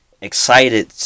excited